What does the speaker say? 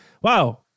wow